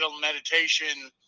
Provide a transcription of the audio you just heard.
Meditation